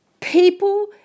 people